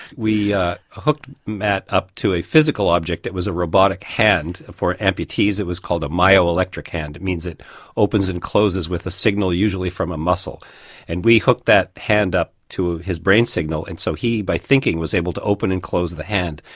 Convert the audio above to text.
we hooked matt up to a physical object, it was a robotic hand for amputees, it was called a mio-electric hand, which means it opens and closes with a signal usually from a muscle and we hooked that hand up to his brain signal. and so he by thinking was able to open and close the hand.